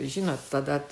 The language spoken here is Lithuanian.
žinot tada